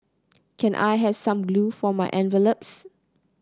can I have some glue for my envelopes